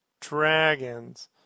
dragons